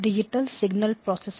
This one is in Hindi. शुभ प्रभात